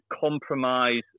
compromise